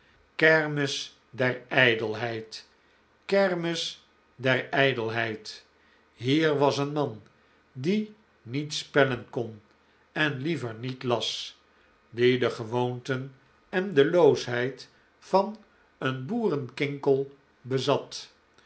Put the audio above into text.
kermis der ijdelheid kermis der ijdelheid hier was een man die niet spellen icon en liever niet las die de gewoonten en de loosheid van een boerenkinkel bezat